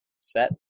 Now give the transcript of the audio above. set